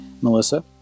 Melissa